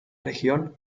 región